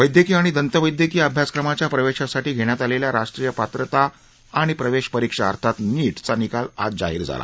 वैद्यकीय आणि दंतवैद्यकीय अभ्यासक्रमाच्या प्रवेशासाठी घेण्यात आलेल्या राष्ट्रीय पात्रता आणि प्रवेश परीक्षा अर्थात नीट चा निकाल आज जाहीर झाला